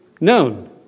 known